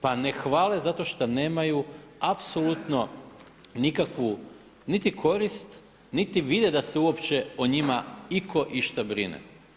Pa ne hvale zato što nemaju apsolutno nikakvu niti korist, niti vide da se uopće o njima iko išta brine.